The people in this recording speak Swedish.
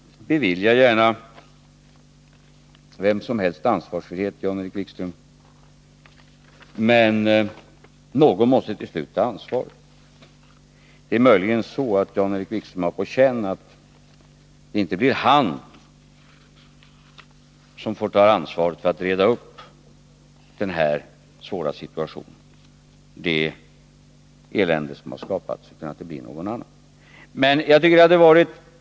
Bevilja gärna vem som helst ansvarsfrihet, Jan-Erik Wikström — någon måste ändå till slut ta ansvaret. Det är möjligen så att Jan-Erik Wikström har på känn att det inte blir han som får ta ansvaret för att reda upp den här svåra situationen, det elände som skapats, utan att det blir någon annan.